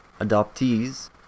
adoptees